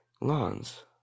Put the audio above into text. lawns